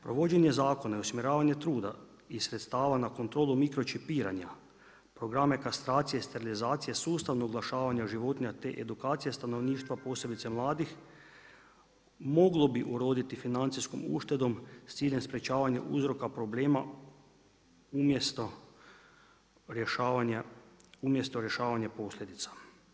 Provođenje zakona i usmjeravanje truda i sredstava na kontrolu mikročipiranja, programe kastracije, sterilizacije, sustavnog oglašavanja životinja te edukacija stanovništva posebice mladih, moglo bi uroditi financijskom uštedom s ciljem sprečavanja uzroka problema umjesto rješavanja posljedica.